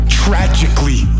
tragically